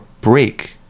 break